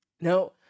Now